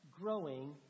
growing